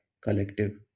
collective